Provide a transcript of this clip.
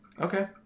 Okay